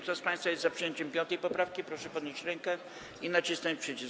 Kto z państwa jest za przyjęciem 5. poprawki, proszę podnieść rękę i nacisnąć przycisk.